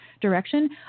direction